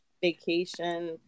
vacation